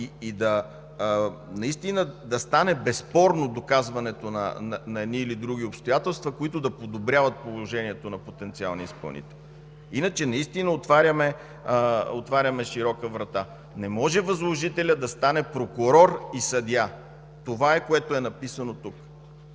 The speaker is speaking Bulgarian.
да стане безспорно доказването на едни или други обстоятелства, които да подобряват положението на потенциалния изпълнител. Иначе наистина отваряме широка врата. Не може възложителят да стане прокурор и съдия. Това е написано тук.